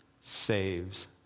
saves